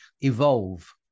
evolve